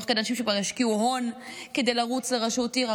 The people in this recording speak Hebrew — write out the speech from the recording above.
תוך כדי שאנשים כבר השקיעו הון כדי לרוץ לראשות עיר,